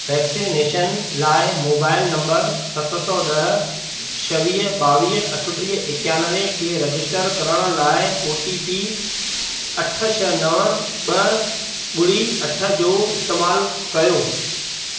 vaccination लाइ mobile number सत सौ ॾह छवीह ॿावीह अठटीह एकानवे खे रजिस्टर करण लाइ ओ टी पी अठ छह नव ॿ ॿुड़ी अठ जो इस्तेमालु कयो